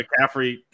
McCaffrey